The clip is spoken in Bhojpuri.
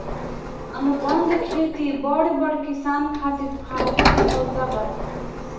अनुबंध खेती बड़ बड़ किसान खातिर फायदा के सउदा बा